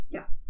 Yes